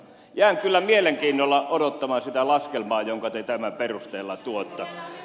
jään kyllä mielenkiinnolla odottamaan sitä laskelmaa jonka te tämän perusteella tuotte